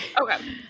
Okay